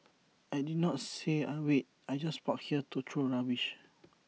I did not say I wait I just park here to throw rubbish